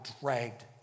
dragged